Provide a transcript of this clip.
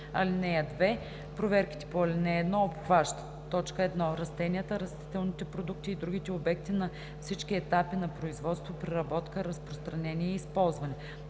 риска. (2) Проверките по ал. 1 обхващат: 1. растенията, растителните продукти и другите обекти на всички етапи на производство, преработка, разпространение и използване;